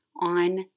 on